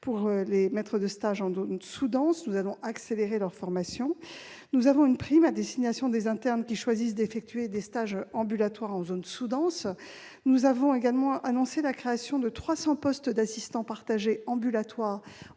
des maîtres de stage dans les zones sous-denses et allons accélérer leur formation. Il existe aussi une prime à destination des internes qui choisissent d'effectuer des stages ambulatoires en zone sous-dense. Nous avons annoncé la création de 300 postes d'assistants partagés ambulatoires